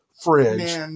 fridge